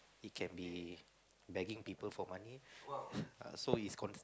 it can be begging people for money so is con~